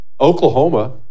Oklahoma